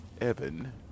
Evan